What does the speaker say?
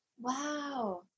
Wow